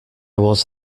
was